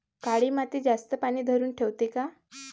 काळी माती जास्त पानी धरुन ठेवते का?